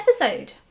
episode